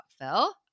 Phil